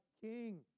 king